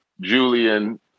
Julian